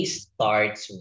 starts